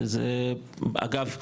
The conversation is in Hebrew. אגב,